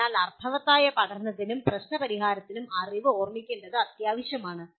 അതിനാൽ അർത്ഥവത്തായ പഠനത്തിനും പ്രശ്ന പരിഹാരത്തിനും അറിവ് ഓർമ്മിക്കേണ്ടത് അത്യാവശ്യമാണ്